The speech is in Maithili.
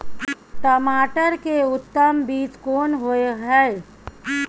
टमाटर के उत्तम बीज कोन होय है?